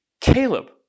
Caleb